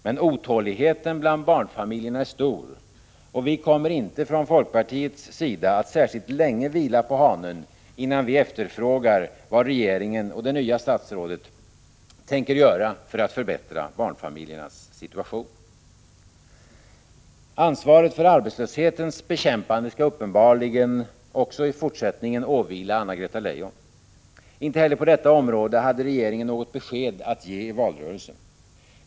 Men otåligheten bland barnfamiljerna är stor, och vi kommer från folkpartiets sida inte att särskilt länge vila på hanen innan vi efterfrågar vad regeringen och det nya statsrådet tänker göra för att förbättra barnfamiljernas situation. Ansvaret för arbetslöshetens bekämpande skall uppenbarligen också i fortsättningen åvila Anna-Greta Leijon. Inte heller på detta område hade regeringen något besked att ge i valrörelsen.